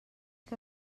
que